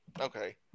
Okay